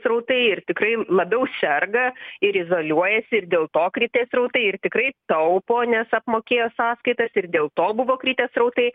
srautai ir tikrai labiau serga ir izoliuojasi ir dėl to kritę srautai ir tikrai taupo nes apmokėjo sąskaitas ir dėl to buvo kritę srautai